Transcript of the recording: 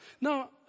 Now